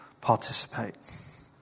participate